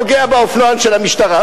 פוגע באופנוען של המשטרה.